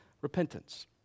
repentance